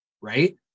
Right